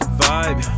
vibe